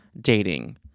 dating